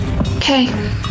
Okay